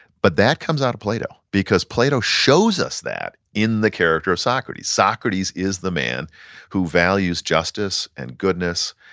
but that comes out of plato, because plato shows us that in the character of socrates. socrates is the man who values justice and goodness,